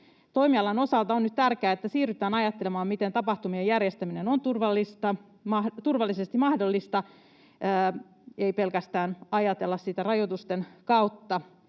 Toimialan osalta on nyt tärkeää, että siirrytään ajattelemaan, miten tapahtumien järjestäminen on mahdollista turvallisesti, eikä ajatella sitä pelkästään rajoitusten kautta.